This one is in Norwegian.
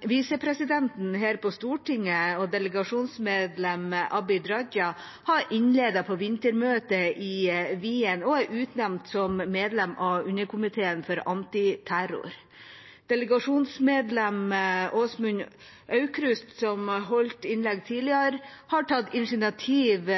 Visepresident her på Stortinget og delegasjonsmedlem Abid Q. Raja har innledet på vintermøtet i Wien og er utnevnt som medlem av underkomiteen for anti-terror. Delegasjonsmedlem Åsmund Aukrust, som holdt et innlegg her tidligere, har tatt initiativ